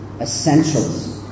essentials